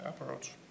approach